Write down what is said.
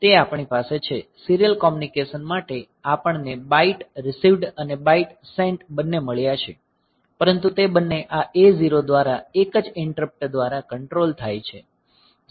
તે આપણી પાસે છે સીરીયલ કોમ્યુનિકેશન માટે આપણને બાઈટ રિસીવ્ડ અને બાઈટ સેન્ટ બંને મળ્યા છે પરંતુ તે બંને આ A0 દ્વારા એક જ ઈંટરપ્ટ દ્વારા કંટ્રોલ થાય છે